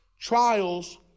Trials